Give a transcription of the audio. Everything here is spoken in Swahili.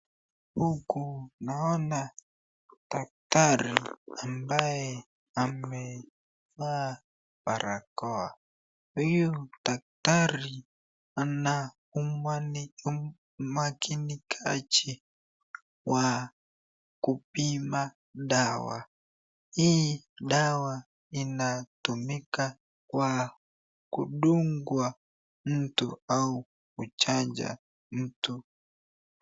Huku naona daktari ambaye amevaa barakoa huyu daktari anaumani umakinikaji wa kupima dawa hii dawa inatumika wa kudungwa mtu au kuchanja mtu